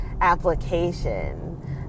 application